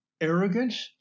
arrogance